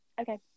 okay